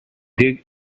dig